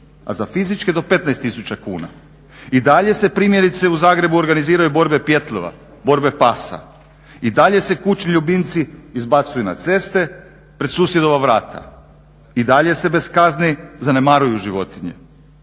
a za fizičke do 15 tisuća kuna. I dalje se primjerice u Zagrebu organiziraju borbe pijetlova, borbe pasa i dalje se kućni ljubimci izbacuju na ceste pred susjedova vrata i dalje se bez kazni zanemaruju životinje